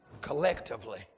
collectively